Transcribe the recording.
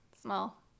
small